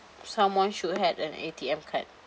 someone should had an A_T_M card